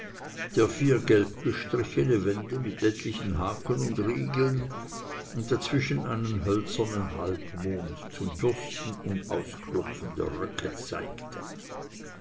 der vier gelbgestrichene wände mit etlichen haken und riegeln und dazwischen einen hölzernen halbmond zum bürsten und ausklopfen der röcke zeigte